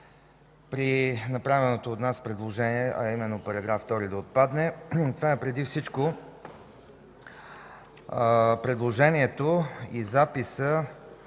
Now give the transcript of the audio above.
при направеното от нас предложение, а именно § 2 да отпадне. Това е преди всичко предложението и записът,